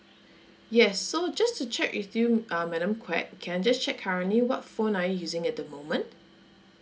yes so just to check with you um madam quak can I just check currently what phone are you using at the moment